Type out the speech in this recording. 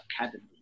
Academy